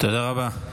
תודה רבה.